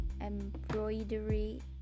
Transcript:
Embroidery